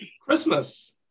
christmas